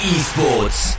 Esports